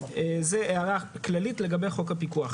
זו הערה כללית לגבי חוק הפיקוח.